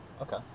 Okay